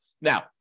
Now